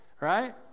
right